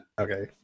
Okay